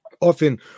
Often